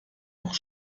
noch